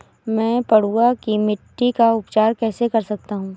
मैं पडुआ की मिट्टी का उपचार कैसे कर सकता हूँ?